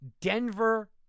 Denver